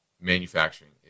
manufacturing